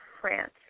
France